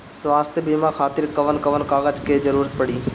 स्वास्थ्य बीमा खातिर कवन कवन कागज के जरुरत पड़ी?